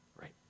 Right